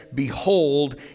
Behold